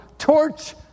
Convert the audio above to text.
Torch